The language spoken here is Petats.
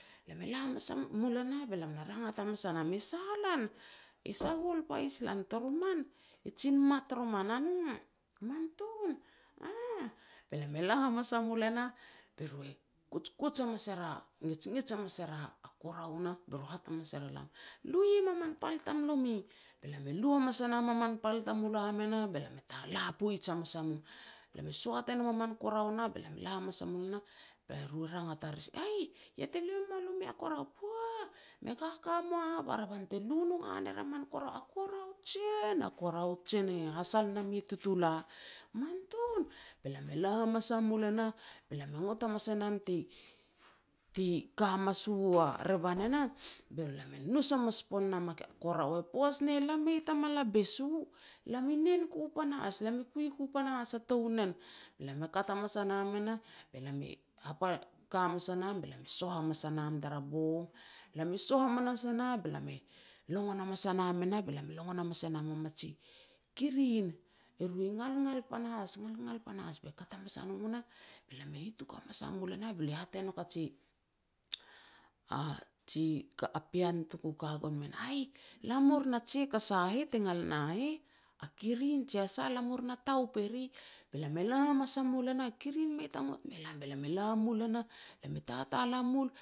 Lam e la hamas a mul e nah be lam na rangat hamas a nam, "E sah lan, e sagol pais lan toroman e jin mat roman a no." Man tun, aah, be lam e la hamas a mul e nah, kuij kuij hamas ngetsngets hamas er a korau nah, be ru hat hamas er elam, "Lu em a min pal tamlomi." Be lam e lu hamas e nam a min pal tamulam e nah, be lam e la poij hamas a mum. Be lam e soat e nam a min korau nah be lam e la hamas a mul e nah, be ru e rangat ar, "Eih, ya te lu e ma lomi a korau?" Pooh, me kaka mua hah ba revan te lu noga ner a man korau, a korau jen, a korau jen e hasal nam i tutula." Man tun. Be lam e la hamas a mul e nah, be lam e ngot hamas e nam ti-ti ka hamas u a revan e nah, be lam e nous hamas pon nam a korau e heh. Poaj ne nah lam mei ta mala bes u, lam i nen ku panahas, lam i kui ku panahas a tou nen. Be lam e kat hamas a nam e nah be nam e ka hamas a nam be lam e soh hamas a nam tara bong. Lam i soh hamanas e nah tara bong, longon hamas a nam e nah, longon has e nam a mij kirin. Eru i ngalngal panahas ngalngal panahas, be kat hamas a no nah be lam e hituk hamas a mul e nah be lia hat e nouk a ji ji pean tuku ka gon men, "Aih, la mu ri na jek a sa heh te ngal na heh, kirin jia sah, la mu ri na taup eri." Be lam e la hamas a mul e nah, kirin mei ta ngok me lam, be lam e la mul e nah, lam e tatal a mul